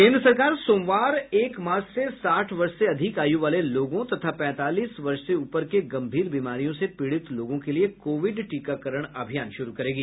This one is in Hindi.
केन्द्र सरकार सोमवार एक मार्च से साठ वर्ष से अधिक आयू वाले लोगों तथा पैंतालीस वर्ष से ऊपर के गंभीर बीमारियों से पीड़ित लोगों के लिए कोविड टीकाकरण अभियान शुरू करेगी